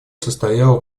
состояла